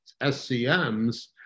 SCMs